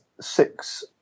six